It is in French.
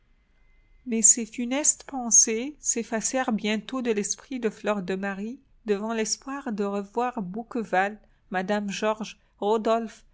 mais ces funestes pensées s'effacèrent bientôt de l'esprit de fleur de marie devant l'espoir de revoir bouqueval mme georges